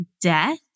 death